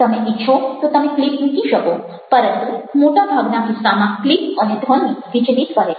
તમે ઇચ્છો તો તમે ક્લિપ મૂકી શકો પરંતુ મોટા ભાગના કિસ્સામાં ક્લિપ અને ધ્વનિ વિચલિત કરે છે